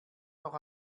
noch